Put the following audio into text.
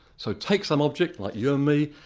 so take some object like you and me,